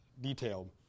detailed